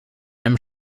einem